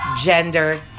gender